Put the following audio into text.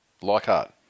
Leichhardt